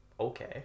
okay